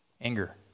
anger